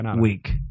week